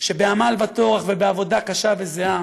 שבעמל וטורח ובעבודה קשה וזיעה